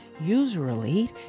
Usually